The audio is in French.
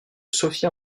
sophia